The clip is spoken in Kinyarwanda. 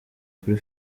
kuri